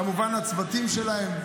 כמובן לצוותים שלהן,